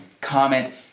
comment